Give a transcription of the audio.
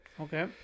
Okay